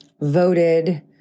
voted